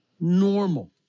normal